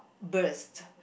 burst